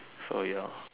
so your